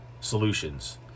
Solutions